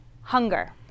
hunger